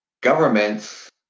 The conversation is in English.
Governments